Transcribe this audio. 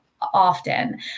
often